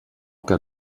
que